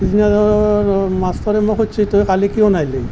পিছদিনা যোৱাত মাষ্টৰে মোক সুধিছে তই কালি কিয় নাহিলি